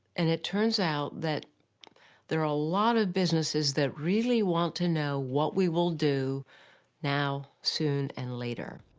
and it turns out that there are a lot of businesses that really want to know what we will do now, soon, and later.